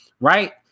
Right